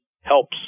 helps